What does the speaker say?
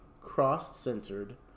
Cross-centered